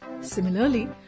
Similarly